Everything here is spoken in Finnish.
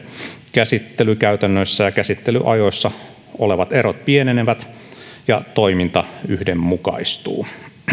käsittelykäytännöissä ja käsittelyajoissa olevat erot pienenevät ja toiminta yhdenmukaistuu